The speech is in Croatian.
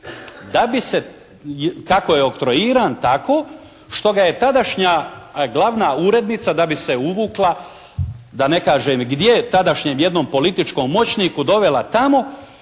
da bi se, kako je oktroiran tako što ga je tadašnja glavna urednica da bi se uvukla da ne kažem gdje tadašnjem jednom političkom moćniku dovela tamo